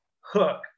hook